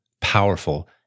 powerful